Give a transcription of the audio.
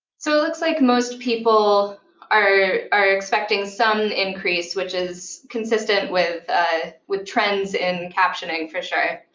so it looks like most people are are expecting some increase, which is consistent with ah with trends in captioning, for sure.